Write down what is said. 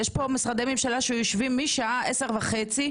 יש פה משרדי ממשלה שיושבים מהשעה עשר וחצי,